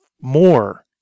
more